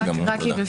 שנאמר